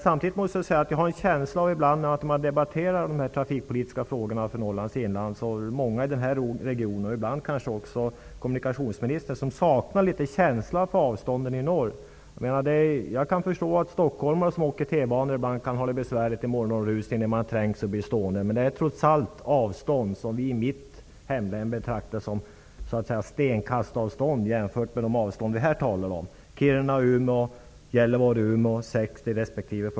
Samtidigt måste jag säga att jag har ibland en känsla av, när man diskuterar de trafikpolitiska frågorna för Norrlands inland, att många i den här regionen, kanske också kommunikationsministern, saknar tillräcklig kännedom om avstånden i norr. Jag kan förstå att stockholmare som åker T-bana ibland kan ha det besvärligt i morgonrusningen, när det är trängsel och passagerarna får stå, men då är det trots allt avstånd som vi i mitt hemlän betraktar som stenkastsavstånd jämfört med dem vi här talar om: Kiruna--Umeå och Gällivare--Umeå, 60 resp.